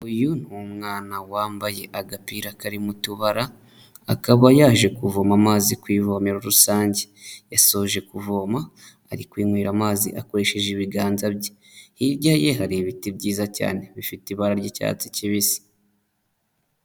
Uyu ni umwana wambaye agapira karimo tubara akaba yaje kuvoma amazi ku ivome rusange, yasoje kuvoma ari kwinywera amazi akoresheje ibiganza bye, hirya ye hari ibiti byiza cyane bifite ibara ry'icyatsi kibisi.